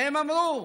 והם אמרו: